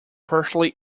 partially